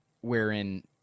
wherein